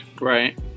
right